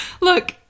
Look